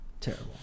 terrible